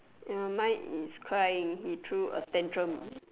ya mine is crying he threw a tantrum